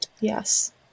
Yes